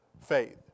faith